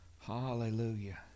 hallelujah